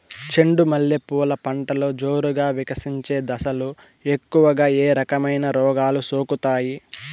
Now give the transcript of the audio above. చెండు మల్లె పూలు పంటలో జోరుగా వికసించే దశలో ఎక్కువగా ఏ రకమైన రోగాలు సోకుతాయి?